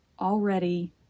already